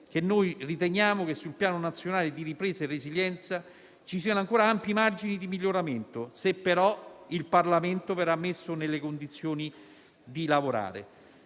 che riteniamo che sul Piano nazionale di ripresa e resilienza ci siano ancora ampi margini di miglioramento, se però il Parlamento verrà messo nelle condizioni di lavorare.